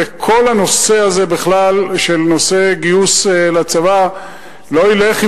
וכל הנושא הזה בכלל של גיוס לצבא לא ילך אם